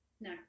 No